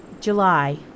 July